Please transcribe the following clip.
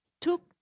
Took